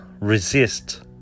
resist